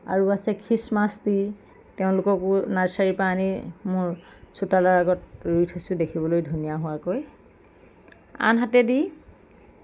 আৰু আছে Christmas tree তেওঁলোককো নাৰ্ছাৰীৰ পৰা আনি মোৰ চোতালৰ আগত ৰুই থৈছোঁ দেখিবলৈ ধুনীয়া হোৱাকৈ আনহাতেদি